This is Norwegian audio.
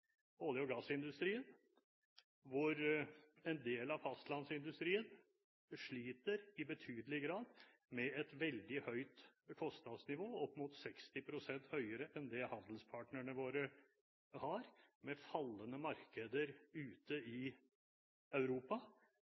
olje- og gassindustrien, mens en del av fastlandsindustrien sliter i betydelig grad med et veldig høyt kostnadsnivå – opp mot 60 pst. høyere enn handelspartnerne våre har, og med fallende markeder i Europa.